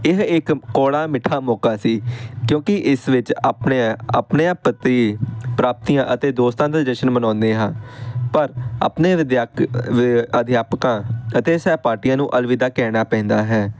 ਇਹ ਇੱਕ ਕੌੜਾ ਮਿੱਠਾ ਮੌਕਾ ਸੀ ਕਿਉਂਕਿ ਇਸ ਵਿੱਚ ਆਪਣਿਆਂ ਆਪਣਿਆਂ ਪ੍ਰਤੀ ਪ੍ਰਾਪਤੀਆਂ ਅਤੇ ਦੋਸਤਾਂ ਦੇ ਜਸ਼ਨ ਮਨਾਉਂਦੇ ਹਾਂ ਪਰ ਆਪਣੇ ਵਿਧਿਅਕ ਅਧਿਆਪਕਾਂ ਅਤੇ ਸਹਿਪਾਠੀਆਂ ਨੂੰ ਅਲਵਿਦਾ ਕਹਿਣਾ ਪੈਂਦਾ ਹੈ